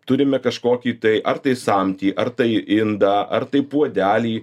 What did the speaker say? turime kažkokį tai ar tai samtį ar tai indą ar tai puodelį